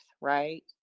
right